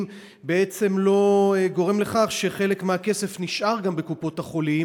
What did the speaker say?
בעצם לא גורם לכך שחלק מהכסף נשאר גם בקופות-החולים?